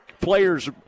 players